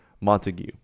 montague